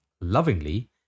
lovingly